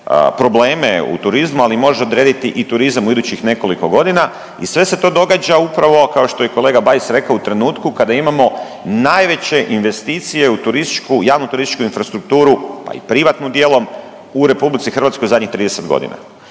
probleme u turizmu, ali može odrediti i turizam u idućih nekoliko godina i sve se to događa upravo kao što je kolega Bajs rekao u trenutku kada imamo najveće investicije u turističku javnu turističku infrastrukturu, pa i privatnu dijelom u RH u zadnjih 30 godina.